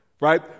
right